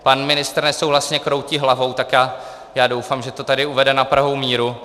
Pan ministr nesouhlasně kroutí hlavou, tak já doufám, že to tady uvede na pravou míru.